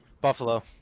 Buffalo